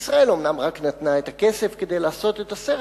ישראל אומנם רק נתנה את הכסף כדי לעשות את הסרט,